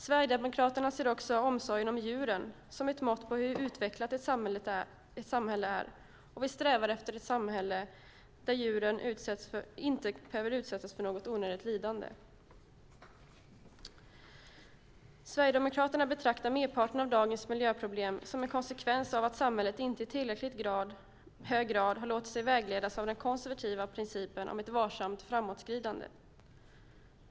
Sverigedemokraterna ser också omsorgen om djuren som ett mått på hur utvecklat ett samhälle är, och vi strävar efter ett samhälle där djuren inte behöver utsättas för något onödigt lidande. Sverigedemokraterna betraktar merparten av dagens miljöproblem som en konsekvens av att samhället inte i tillräckligt hög grad låtit sig vägledas av den konservativa principen om ett varsamt framåtskridande.